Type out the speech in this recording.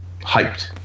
hyped